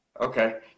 Okay